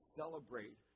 celebrate